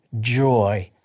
joy